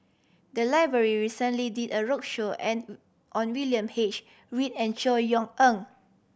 the library recently did a roadshow and on William H Read and Chor Yeok Eng